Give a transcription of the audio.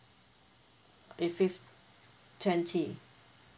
if fif~ twenty